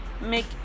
Make